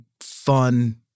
fun